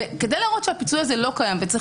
כדי להראות שהפיצוי הזה לא קיים וצריך